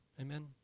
Amen